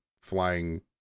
flying